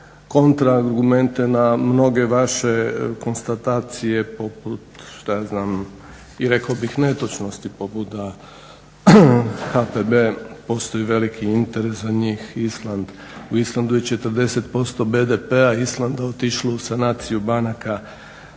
kontra argumente na mnoge vaše konstatacije poput što ja znam, i rekao bih netočnosti, poput toga da HPB postoji veliki interes za njih Island. U Islandu je 40% BDP-a Islanda otišlo u sanaciju banaka.